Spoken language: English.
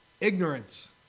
ignorance